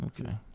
Okay